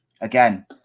Again